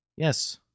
Yes